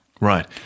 Right